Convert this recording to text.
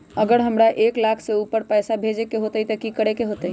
अगर हमरा एक लाख से ऊपर पैसा भेजे के होतई त की करेके होतय?